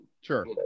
Sure